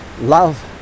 love